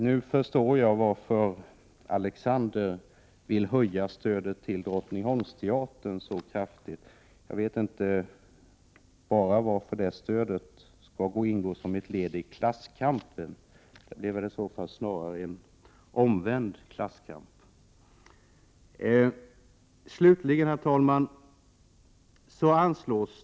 Nu förstår jag varför Alexander Chrisopoulos vill höja stödet till Drottningholmsteatern så kraftigt. Jag vet bara inte varför det stödet skall ingå som ett led i klasskampen. Det blev i så fall snarare en omvänd klasskamp. Herr talman!